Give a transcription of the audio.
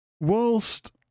whilst